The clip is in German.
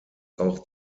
auch